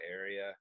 area